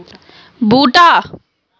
बूह्टा